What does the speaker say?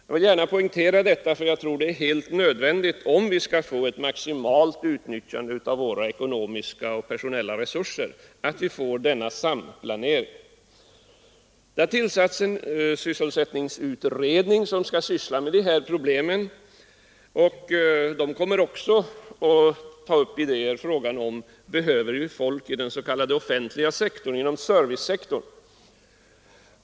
Jag vill gärna poängtera detta, eftersom jag tror att det är helt nödvändigt med en sådan samplanering om vi skall kunna åstadkomma ett maximalt utnyttjande av våra ekonomiska och personella resurser. Det har tillsatts en sysselsättningsutredning, som skall ta upp detta problem. Denna utredning kommer också att behandla frågan huruvida vi behöver mer folk inom den offentliga sektorn, den s.k. servicesektorn.